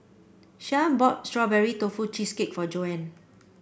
Shyanne bought Strawberry Tofu Cheesecake for Joanne